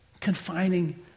confining